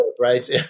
right